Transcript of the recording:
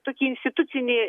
tokį institucinį